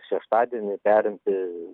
šeštadienį perimti